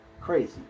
crazy